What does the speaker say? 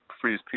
freeze